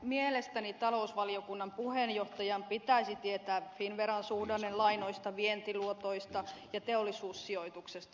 mielestäni talousvaliokunnan puheenjohtajan pitäisi tietää finnveran suhdannelainoista vientiluotoista ja teollisuussijoituksesta